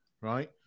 right